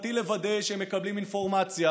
חובתי לוודא שהם מקבלים אינפורמציה,